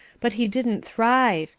but he didn't thrive,